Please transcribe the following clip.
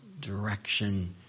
direction